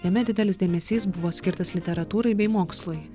jame didelis dėmesys buvo skirtas literatūrai bei mokslui